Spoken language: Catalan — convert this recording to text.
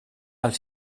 els